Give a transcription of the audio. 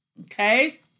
Okay